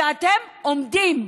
אתם עומדים,